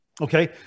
Okay